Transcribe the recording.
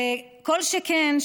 וכל שכן,